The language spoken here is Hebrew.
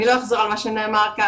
אני לא אחזור על מה שנאמר כאן,